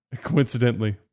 coincidentally